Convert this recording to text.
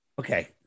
Okay